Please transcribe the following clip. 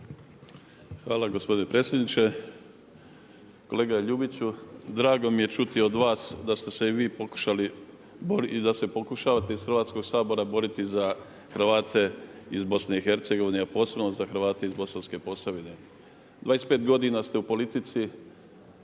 Hvala gospodine predsjedniče. Kolega Ljubiću drago mi je čuti od vas da ste se i vi pokušali i da se pokušavate iz Hrvatskog sabora boriti za Hrvate iz BiH, a posebno za Hrvate iz Bosanske Posavine. 25 godina ste u politici